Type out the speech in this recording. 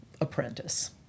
apprentice